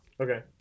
okay